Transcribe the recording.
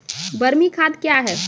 बरमी खाद कया हैं?